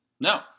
No